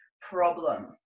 problem